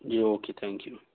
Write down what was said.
ji okay thank you